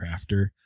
Crafter